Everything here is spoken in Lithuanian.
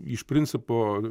iš principo